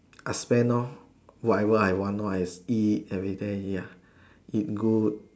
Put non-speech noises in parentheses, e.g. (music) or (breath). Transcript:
I'll spend lor whatever I want lor I've eat everything ya (breath) eat good